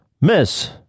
Miss